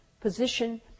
position